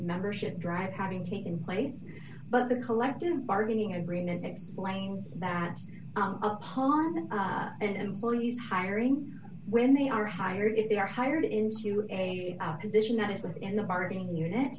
membership drive having taken place but the collective bargaining agreement explains that upon and bullies hiring when they are hire if they are hired into a position that is within the bargaining unit